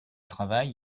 travail